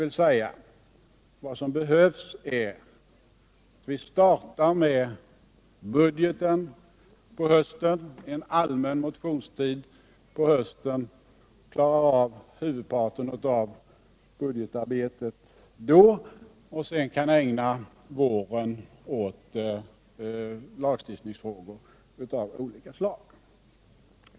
Vad som behövs är alltså att vi startar med budgeten och en allmän motionstid på hösten och klarar av huvudparten av budgetarbetet då. Därefter kan vi ägna våren åt lagstiftningsfrågor av olika slag.